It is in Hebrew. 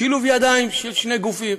שילוב ידיים של שני גופים,